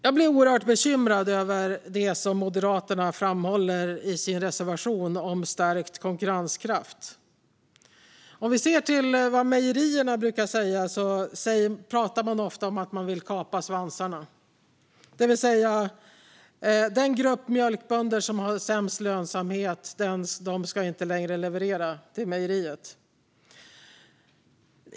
Jag blir oerhört bekymrad över det som Moderaterna framhåller i sin reservation om stärkt konkurrenskraft. Från mejerierna säger ofta att man vill kapa svansarna. Det vill säga att den grupp mjölkbönder som har sämst lönsamhet inte längre ska leverera till mejerierna.